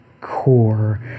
core